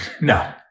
No